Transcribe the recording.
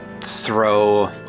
throw